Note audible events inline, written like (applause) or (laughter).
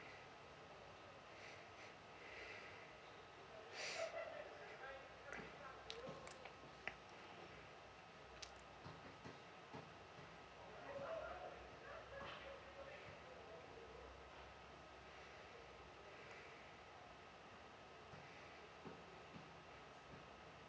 (breath)